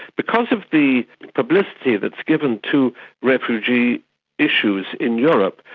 because of the publicity that is given to refugee issues in europe,